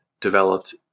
developed